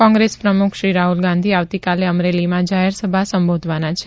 કોંગ્રેસ પ્રમુખ શ્રી રાહુલ ગાંધી આવતીકાલે અમરેલીમાં જાહેરસભા સંબોધવાના છે